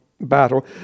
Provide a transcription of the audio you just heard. battle